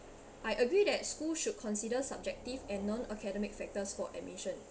I agree that schools should consider subjective and non academic factors for admission